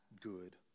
good